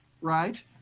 right